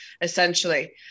essentially